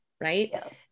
right